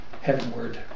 heavenward